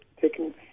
taking